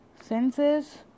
senses